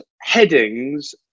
headings